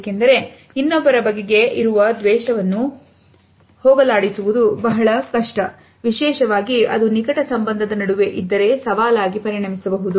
ಏಕೆಂದರೆ ಇನ್ನೊಬ್ಬರ ಬಗೆಗೆ ಇರುವ ದ್ವೇಷವನ್ನು ಹೋಗಲಾಡಿಸುವುದು ಬಹಳ ಕಷ್ಟ ವಿಶೇಷವಾಗಿ ಅದು ನಿಕಟ ಸಂಬಂಧದ ನಡುವೆ ಇದ್ದರೆ ಸವಾಲಾಗಿ ಪರಿಣಮಿಸಬಹುದು